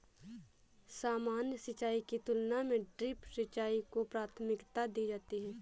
सामान्य सिंचाई की तुलना में ड्रिप सिंचाई को प्राथमिकता दी जाती है